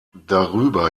darüber